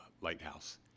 Lighthouse